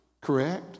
correct